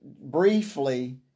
briefly